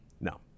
no